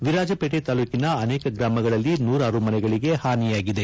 ವಿರಾಜಪೇಟೆ ತಾಲೂಕಿನ ಅನೇಕ ಗ್ರಾಮಗಳಲ್ಲಿ ನೂರಾರು ಮನೆಗಳಿಗೆ ಪಾನಿಯಾಗಿದೆ